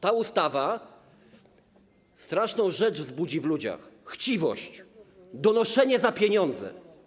Ta ustawa straszną rzecz wzbudzi w ludziach: chciwość, donoszenie za pieniądze.